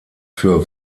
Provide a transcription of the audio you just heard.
für